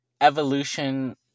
evolution